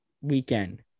weekend